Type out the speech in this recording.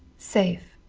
safe.